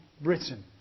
Britain